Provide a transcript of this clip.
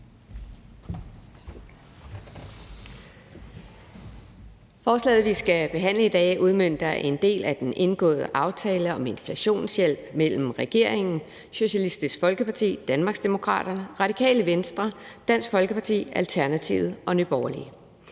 Forslaget, vi skal behandle i dag, udmønter en del af den indgåede aftale om inflationshjælp mellem regeringen, Socialistisk Folkeparti, Danmarksdemokraterne, Radikale Venstre, Dansk Folkeparti, Alternativet og Nye Borgerlige,